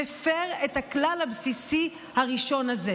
מפר את הכלל הבסיסי הראשון הזה.